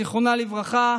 זיכרונה לברכה,